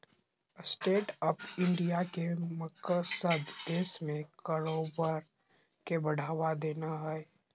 stand up India के मकसद देश में कारोबार के बढ़ावा देना हइ